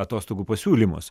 atostogų pasiūlymus